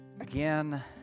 Again